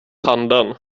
handen